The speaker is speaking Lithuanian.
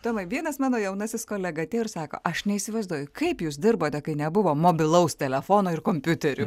tomai vienas mano jaunasis kolega atėjo ir sako aš neįsivaizduoju kaip jūs dirbote kai nebuvo mobilaus telefono ir kompiuterių